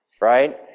right